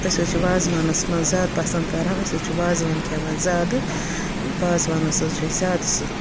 أسۍ حظ چھِ وازوانَس منٛز زیادٕ پَسنٛد کَران أسۍ حظ چھِ وازوان کھٮ۪وان زیادٕ وازوانَس حظ چھِ أسۍ زیادٕ سُہ